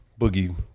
Boogie